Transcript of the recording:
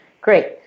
Great